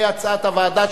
כהצעת הוועדה,